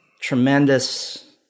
tremendous